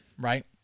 right